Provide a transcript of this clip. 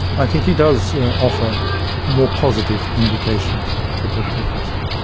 i think he does offer more positive indications for political philosophy.